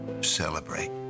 celebrate